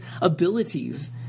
abilities